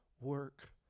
work